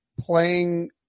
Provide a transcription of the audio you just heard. playing